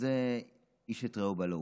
אז איש את רעהו בלעו.